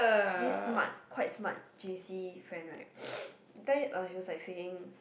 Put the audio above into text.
this smart quite smart j_c friend right tell you uh he was like saying